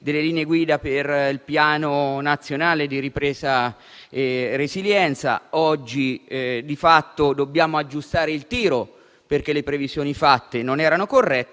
le linee guida per il Piano nazionale di ripresa e resilienza; oggi, di fatto, dobbiamo aggiustare il tiro perché le previsioni fatte non erano corrette;